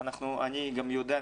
אני גם יודע,